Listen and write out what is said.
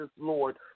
Lord